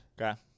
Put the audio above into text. Okay